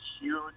huge